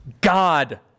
God